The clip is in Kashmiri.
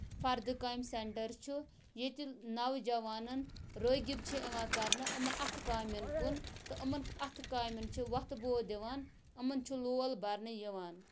فردٕ کامہِ سینٹر چھُ ییٚتہِ نوجوانن رٲغب چھ یِوان کرنہٕ یِمَن اَتھٕ کامین کُن تہٕ یِمَن اَتھٕ کامین چھُ وۄتھٕ بوو دِوان یِمَن چھُ لول برنہٕ یِوان